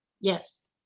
Yes